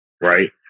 right